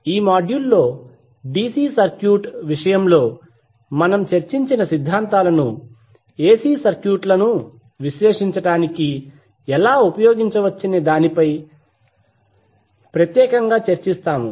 ఈ మాడ్యూల్ లో DC circuit విషయంలో మనం చర్చించిన సిద్ధాంతాలను ఎసి సర్క్యూట్లను విశ్లేషించడానికి ఎలా ఉపయోగించవచ్చనే దానిపై ప్రత్యేకంగా చర్చిస్తాము